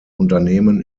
unternehmen